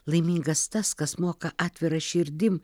laimingas tas kas moka atvira širdim